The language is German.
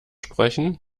sprechen